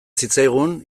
zitzaigun